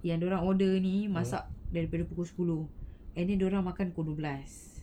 yang dia orang order ini masak daripada pukul sepuluh and then dia orang makan dua belas